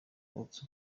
atsu